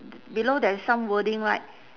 below there is some wording right